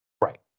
Right